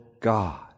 God